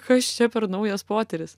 kas čia per naujas potyris